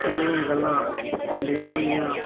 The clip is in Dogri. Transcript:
एह् गल्लां होंदिया रौह्नियां